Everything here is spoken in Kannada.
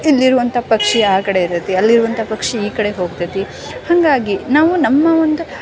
ಇಲ್ಲಿರುವಂಥ ಪಕ್ಷಿ ಆ ಕಡೆ ಇರುತ್ತೆ ಅಲ್ಲಿರುವಂಥ ಪಕ್ಷಿ ಈ ಕಡೆ ಹೋಗ್ತೈತಿ ಹಾಗಾಗಿ ನಾವು ನಮ್ಮ ಒಂದು